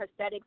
prosthetics